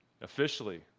officially